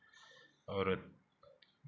और